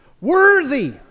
Worthy